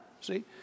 See